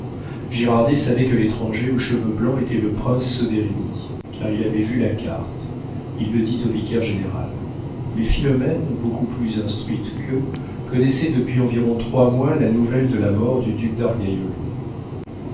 girardet savait que l'étranger aux cheveux blancs était le prince soderini car il avait vu la carte il le dit au vicaire-général mais philomène beaucoup plus instruite qu'eux connaissait depuis environ trois mois la nouvelle de la mort du duc d'argaiolo